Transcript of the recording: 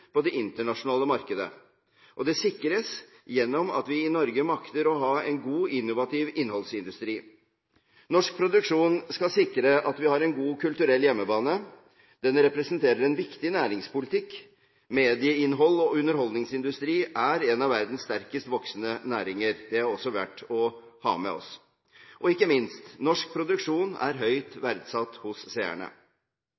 på det internasjonale markedet, og det sikres gjennom at vi i Norge makter å ha en god innovativ innholdsindustri. Norsk produksjon skal sikre at vi har en god kulturell hjemmebane. Den representerer viktig næringspolitikk – medieinnhold og underholdningsindustri er en av verdens sterkest voksende næringer, det er også verdt å ha med seg – og ikke minst: Norsk produksjon er høyt